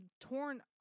torn